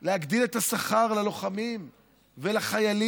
להגדיל את השכר ללוחמים ולחיילים,